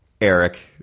Eric